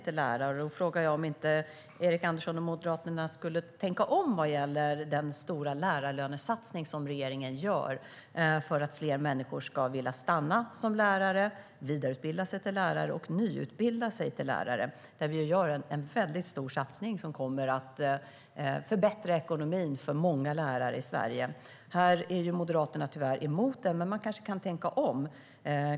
Då frågar jag om inte Erik Andersson och Moderaterna borde tänka om vad gäller den stora lärarlönesatsning som regeringen gör för att fler människor ska vilja stanna som lärare, vidareutbilda sig till lärare och nyutbilda sig till lärare, där vi gör en stor satsning som kommer att förbättra ekonomin för många lärare i Sverige. Moderaterna är tyvärr emot det, men man kanske kan tänka om.